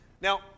Now